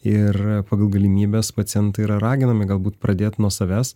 ir pagal galimybes pacientai yra raginami galbūt pradėt nuo savęs